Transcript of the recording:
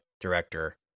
director